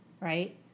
right